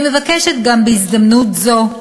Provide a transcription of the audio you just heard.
אני מבקשת גם, בהזדמנות זו,